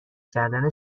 کردن